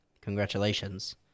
congratulations